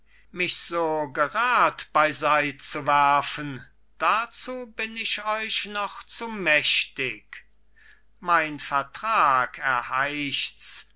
mich so gerad beiseitzuwerfen dazu bin ich euch noch zu mächtig mein vertrag erheischts